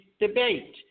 debate